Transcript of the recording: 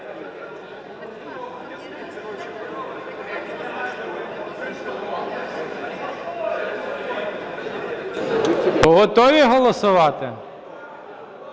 Готові голосувати?